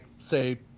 say